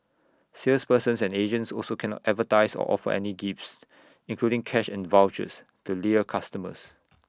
salespersons and agents also cannot advertise or offer any gifts including cash and vouchers to lure customers